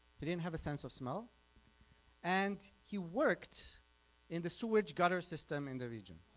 didn't have a sense of smell and he worked in the sewage gutter system in the region.